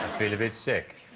feel a bit sick